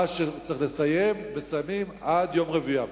מה שצריך לסיים, מסיימים עד יום רביעי הבא.